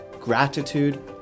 gratitude